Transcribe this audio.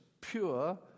pure